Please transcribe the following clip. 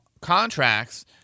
contracts